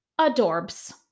Adorbs